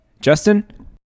Justin